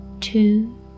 Two